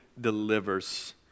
delivers